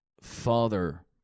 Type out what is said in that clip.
father